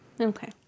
Okay